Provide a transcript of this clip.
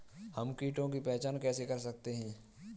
हम कीटों की पहचान कैसे कर सकते हैं?